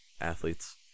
athletes